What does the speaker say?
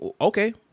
Okay